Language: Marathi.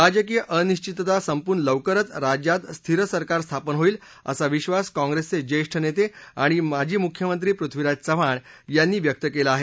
राजकीय अनिश्वितता संपून लवकरच राज्यात स्थिर सरकार स्थापन होईल असा विधास काँग्रेसचे ज्येष्ठ नेते आणि माजी मुख्यमंत्री पृथ्वीराज चव्हाण यांनी व्यक्त केला आहे